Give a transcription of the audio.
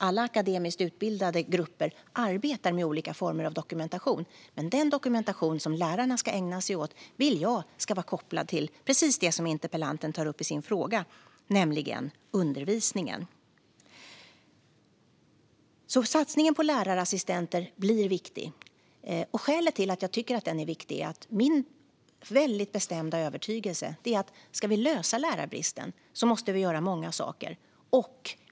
Alla akademiskt utbildade grupper arbetar med olika former av dokumentation, men den dokumentation som lärarna ska ägna sig åt vill jag ska vara kopplad till precis det som interpellanten tar upp i sin fråga, nämligen undervisningen. Satsningen på lärarassistenter är viktig. Skälet till att jag tycker att den är viktig är att det är min bestämda övertygelse att vi måste göra många saker om vi ska komma till rätta med lärarbristen.